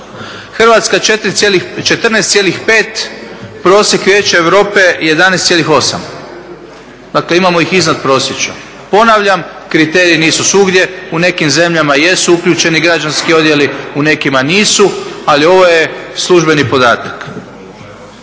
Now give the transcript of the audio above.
Hrvatska 14,5, prosjek Vijeća Europe 11,8. Dakle imamo ih iznadprosječno. Ponavljam, kriteriji nisu svugdje, u nekim zemljama jesu uključeni građanski odjeli, u nekima nisu ali ovo je službeni podatak.